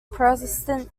protestant